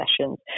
sessions